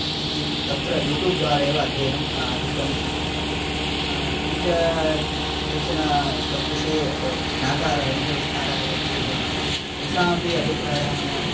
इति तत्र यूट्यूब् द्वारा एव अध्ययनम् अधिकं कृतं किञ्च किञ्चन् तद्विषये ज्ञातारः अनुभवस्तारः ये भवन्ति तेषाम् अपि अभिप्रायः मया